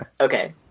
Okay